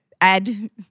add